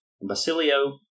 Basilio